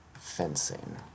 fencing